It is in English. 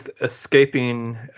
escaping